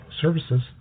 services